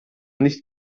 nicht